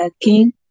King